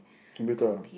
bitter